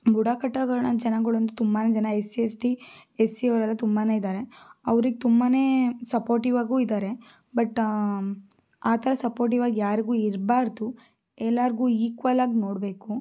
ಬುಡಕಟ್ಟಗಣ ಜನಾಂಗಳಂತೂ ತುಂಬ ಜನ S C S T S C ಅವರೆಲ್ಲ ತುಂಬ ಇದ್ದಾರೆ ಅವರಿಗೆ ತುಂಬ ಸಪೋರ್ಟಿವ್ ಆಗೂ ಇದ್ದಾರೆ ಬಟ್ ಆ ಥರ ಸಪೋರ್ಟಿವ್ ಆಗಿ ಯಾರಿಗೂ ಇರಬಾರದು ಎಲ್ಲರಿಗೂ ಈಕ್ವಲಾಗಿ ನೋಡಬೇಕು